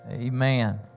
Amen